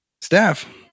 Staff